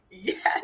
Yes